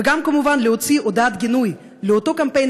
וגם כמובן להוציא הודעת גינוי לאותו קמפיין